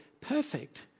perfect